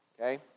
Okay